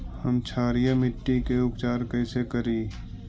हम क्षारीय मिट्टी के उपचार कैसे करी?